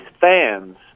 fans